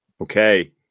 Okay